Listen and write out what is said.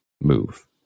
move